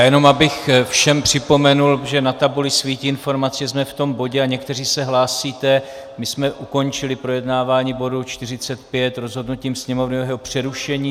Jenom bych všem připomněl, protože na tabuli svítí informace, že jsme v tom bodě, a někteří se hlásíte, my jsme ukončili projednávání bodu 45 rozhodnutím Sněmovny o jeho přerušení.